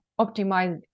optimize